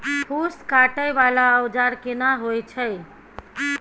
फूस काटय वाला औजार केना होय छै?